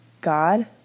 God